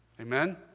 Amen